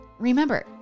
Remember